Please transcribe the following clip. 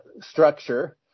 structure